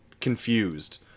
confused